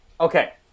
Okay